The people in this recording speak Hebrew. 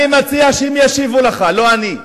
אני מציע שהם ישיבו לך, לא אני.